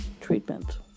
treatment